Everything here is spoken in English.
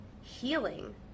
healing